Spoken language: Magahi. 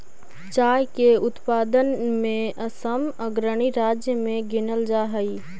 चाय के उत्पादन में असम अग्रणी राज्य में गिनल जा हई